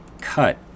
cut